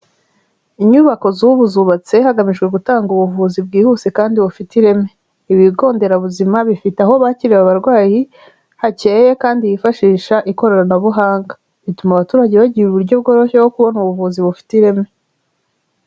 Inyubako z'ubu zubatse hagamijwe gutanga ubuvuzi bwihuse kandi bufite ireme. Ibigo nderabuzima, bifite aho bakiriwe abarwayi, hakeye kandi hifashisha ikoranabuhanga. Bituma abaturage bagira uburyo bworoshye kubona ubuvuzi bufite ireme.